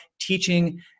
teaching